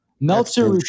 Meltzer